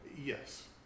Yes